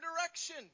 direction